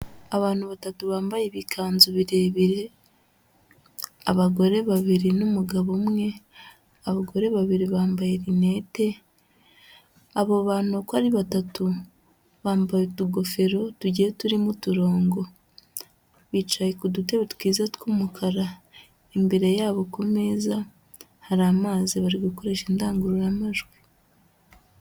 Abantu batatu bambaye ibikanzu birebire abagore babiri n'umugabo umwe, abagore babiri bambaye rinete, abo bantu uko ari batatu bambaye utugofero tugiye turimo uturongo, bicaye ku dutebe twiza tw'umukara, imbere yabo ku meza hari amazi, bari gukoresha indangururamajwi.